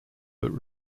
but